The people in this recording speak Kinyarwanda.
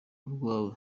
urwawe